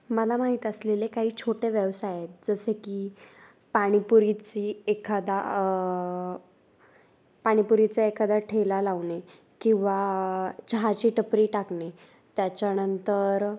मला माहीत असलेले काही छोटे व्यवसाय आहेत जसे की पाणीपुरीची एखादा पाणीपुरीचा एखादा ठेला लावणे किंवा चहाची टपरी टाकणे त्याच्यानंतर